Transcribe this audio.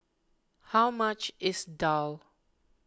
how much is Daal